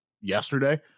yesterday